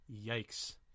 yikes